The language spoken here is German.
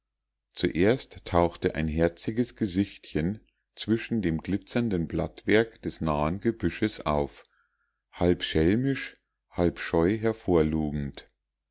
zuerst tauchte ein herziges gesichtchen zwischen dem glitzernden blattwerk des nahen gebüsches auf halb schelmisch halb scheu